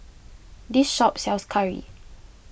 this shop sells Curry